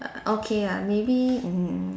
err okay lah maybe mm